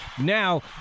Now